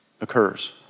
occurs